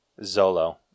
Zolo